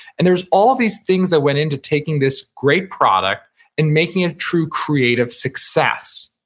and there's all these things that went into taking this great product and making a true creative success,